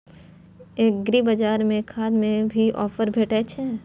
एग्रीबाजार में खाद में भी ऑफर भेटय छैय?